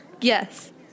Yes